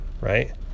right